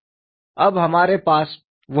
अब हमारे पास वह जानकारी है